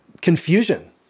confusion